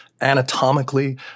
anatomically